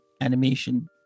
animation